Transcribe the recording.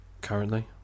currently